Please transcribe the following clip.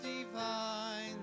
divine